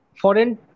foreign